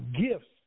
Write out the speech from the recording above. gifts